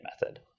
method